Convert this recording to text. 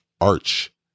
arch